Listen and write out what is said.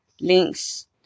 links